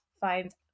find